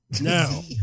Now